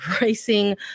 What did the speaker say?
Racing